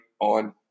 on